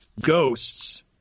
Ghosts